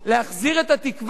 להחזיר את התקווה,